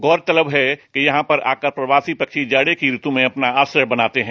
गौरतलब है कि यहां पर आकर प्रवासी पक्षी जाड़े की ऋत् में अपना आश्रय बनाते हैं